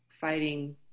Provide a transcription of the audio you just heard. fighting